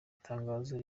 itangazo